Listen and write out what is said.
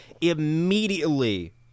Immediately